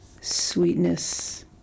sweetness